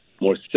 more